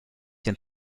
den